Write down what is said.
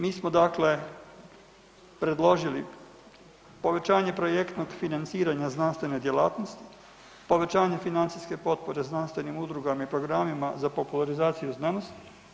Mi smo dakle predložili povećanje projektnog financiranja znanstvene djelatnosti povećanjem financijske potpore znanstvenim udrugama i programima za popularizaciju i znanost.